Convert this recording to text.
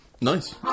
Nice